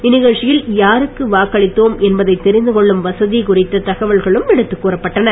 இந்நிகழ்ச்சியில் யாருக்கு வாக்களித்தோம் என்பதைத் தெரிந்துகொள்ளும் வசதி குறித்த தகவல்களும் எடுத்துக் கூறப்பட்டன